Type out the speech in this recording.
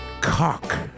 cock